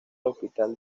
hospital